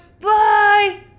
Bye